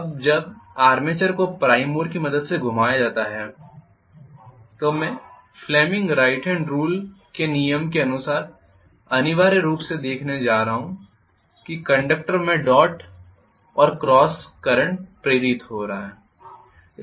अब जब आर्मेचर को प्राइम मूवर की मदद से घुमाया जाता है तो मैं फ्लेमिंग राइट हॅंड रूल के नियम के अनुसार अनिवार्य रूप से देखने जा रहा हूं कंडक्टर में डॉट और क्रॉस करंट प्रेरित हो रहा है